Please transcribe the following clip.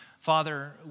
Father